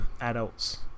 adults